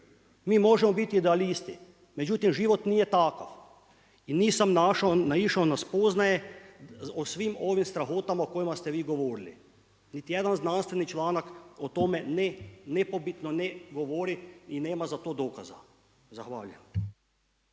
Mi možemo biti idealisti, međutim, život nije takav i nisam našao, naišao na spoznaje o svim ovim strahotama o kojima ste vi govorili. Niti jedan znanstveni članak o tome nepobitno ne govori i nema za to dokaza. Zahvaljujem.